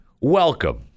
Welcome